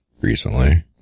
recently